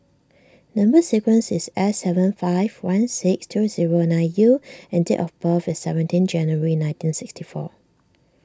Number Sequence is S seven five one six two zero nine U and date of birth is seventeen January nineteen sixty four